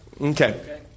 Okay